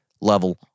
Level